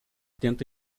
tenta